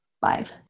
Five